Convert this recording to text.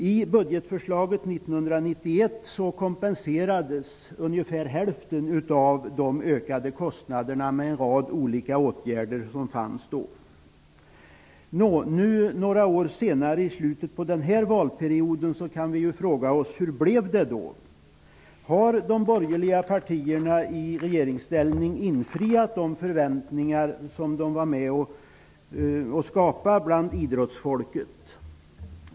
I budgetförslaget 1991 kompenserades ungefär hälften av de ökade kostnaderna med en rad olika åtgärder. Några år senare, i slutet av denna valperiod, kan vi fråga oss hur det blev. Har de borgerliga partierna i regeringsställning infriat de förväntningar som de var med om att skapa bland idrottsfolket?